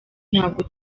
ntabwo